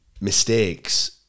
mistakes